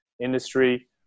industry